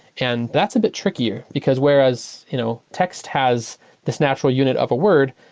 and that's a bit trickier, because whereas you know text has this natural unit of a word,